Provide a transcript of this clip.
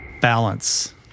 Balance